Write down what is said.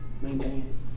Maintain